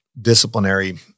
disciplinary